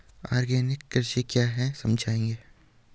Organic कृषि क्या है समझाइए?